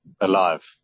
alive